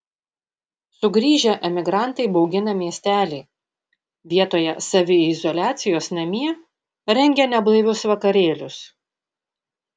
sugrįžę emigrantai baugina miestelį vietoje saviizoliacijos namie rengia neblaivius vakarėlius